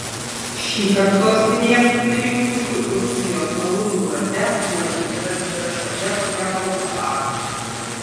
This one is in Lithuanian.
šįkart sostinėje susirinkusių rusijos alumnų rate vladimiras yra šiokia tokia balta varna